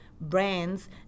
brands